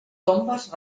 tombes